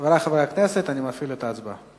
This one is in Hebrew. חברי חברי הכנסת, אני מפעיל את ההצבעה.